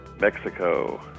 Mexico